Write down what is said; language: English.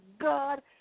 God